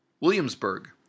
Williamsburg